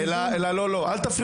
לדעתי